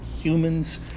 humans